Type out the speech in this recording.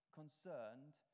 concerned